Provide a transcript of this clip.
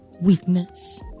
weakness